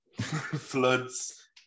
floods